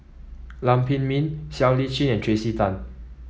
Lam Pin Min Siow Lee Chin and Tracey Tan